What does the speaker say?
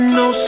no